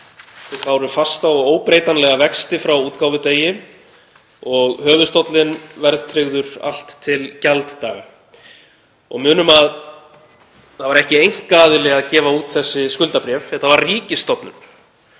Þau báru fasta og óbreytanlega vexti frá útgáfudegi og höfuðstóllinn verðtryggður allt til gjalddaga. Munum að það var ekki einkaaðili sem gaf út þessi skuldabréf. Þetta var ríkisstofnun